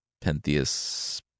Pentheus